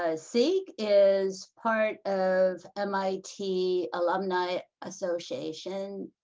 ah seag is part of mit alumni association